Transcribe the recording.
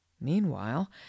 Meanwhile